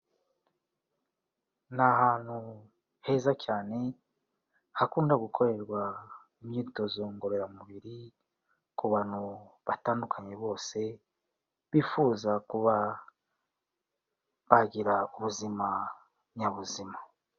Ni ahantu heza cyane hakunda gukorerwa imyitozo ngororamubiri ku bantu batandukanye bose bifuza kuba bagira ubuzima nyabuzima.